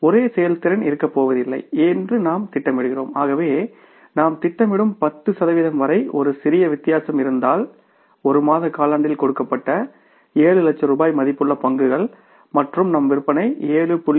ஒரே செயல்திறன் இருக்கப் போவதில்லை என்று நாம் திட்டமிடுகிறோம் ஆகவே நாம் திட்டமிடும் 10 சதவிகிதம் வரை ஒரு சிறிய வித்தியாசம் இருந்தால் ஒரு மாத காலாண்டில் கொடுக்கப்பட்ட 7 லட்ச ரூபாய் மதிப்புள்ள பங்குகள் மற்றும் நம் விற்பனை 7